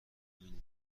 این